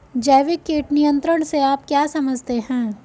जैविक कीट नियंत्रण से आप क्या समझते हैं?